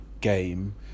game